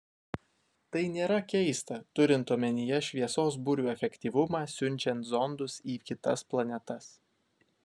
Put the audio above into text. tai nėra keista turint omenyje šviesos burių efektyvumą siunčiant zondus į kitas planetas